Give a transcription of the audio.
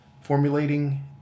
formulating